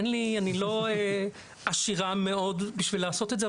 אני לא עשירה מאוד בשביל לעשות את זה,